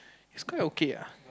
it's quite okay ah